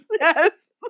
Yes